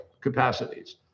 capacities